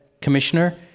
commissioner